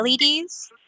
leds